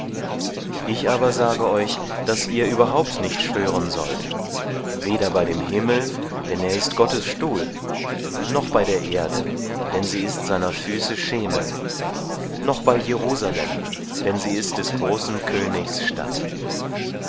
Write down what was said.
ich aber sage euch daß ihr überhaupt nicht schwören sollt weder bei dem himmel denn er ist gottes stuhl noch bei der erde denn sie ist seiner füße schemel noch bei jerusalem denn sie ist des großen königs stadt